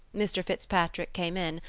mr. fitzpatrick came in,